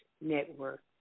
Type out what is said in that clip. Network